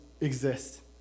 exist